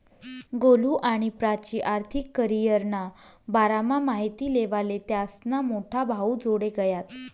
गोलु आणि प्राची आर्थिक करीयरना बारामा माहिती लेवाले त्यास्ना मोठा भाऊजोडे गयात